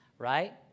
right